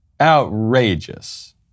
outrageous